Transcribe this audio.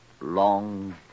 long